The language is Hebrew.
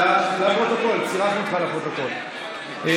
וכעת אנחנו נעבור להצבעה, משה,